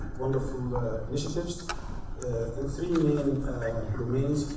wonderful initiatives in three main domains.